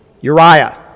Uriah